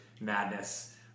madness